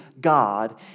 God